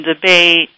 debate